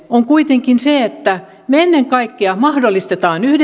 on kuitenkin se että me ennen kaikkea mahdollistamme